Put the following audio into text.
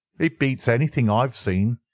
it beats anything i have seen,